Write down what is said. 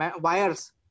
wires